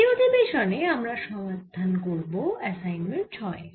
এই আধিবেশনে আমরা সমাধান করব অ্যাসাইনমেন্ট 6 এর